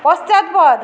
পশ্চাৎপদ